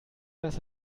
dass